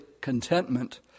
contentment